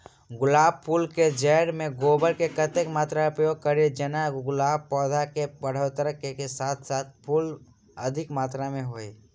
गुलाब फूल केँ जैड़ मे गोबर केँ कत्ते मात्रा मे उपयोग कड़ी जेना गुलाब पौधा केँ बढ़ोतरी केँ साथ साथ फूलो अधिक मात्रा मे होइ?